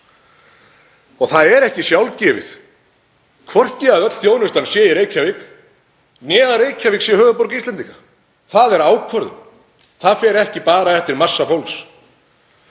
Það er ekki sjálfgefið, hvorki að öll þjónustan sé í Reykjavík né að Reykjavík sé höfuðborg Íslendinga. Það er ákvörðun. Það fer ekki bara eftir massa fólks.